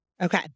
Okay